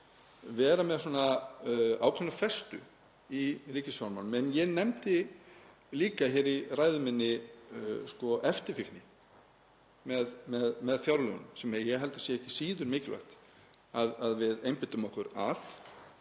vera með svona ákveðna festu í ríkisfjármálunum. En ég nefndi líka hér í ræðu minni eftirfylgni með fjárlögunum sem ég held að sé ekki síður mikilvægt að við einbeitum okkur að